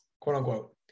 quote-unquote